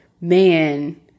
man